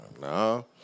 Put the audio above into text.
no